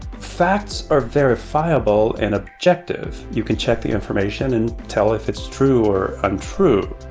facts are verifiable and objective. you can check the information and tell if it's true or untrue.